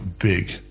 big